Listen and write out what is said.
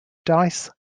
dice